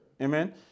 Amen